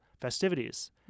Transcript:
festivities